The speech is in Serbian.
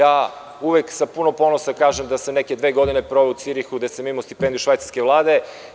Sa puno ponosa uvek kažem da sam neke dve godine proveo u Cirihu, gde sam imao stipendiju Švajcarske Vlade.